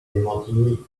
démentit